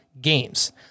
games